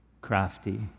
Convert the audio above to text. Crafty